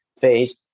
phase